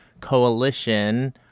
Coalition